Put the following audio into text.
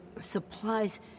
supplies